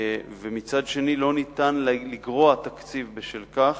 ומצד שני אי-אפשר לגרוע תקציב בשל כך,